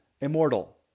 immortal